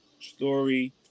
story